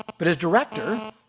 but as director,